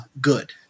good